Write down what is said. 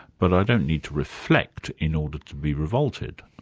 but i don't need to reflect in order to be revolted.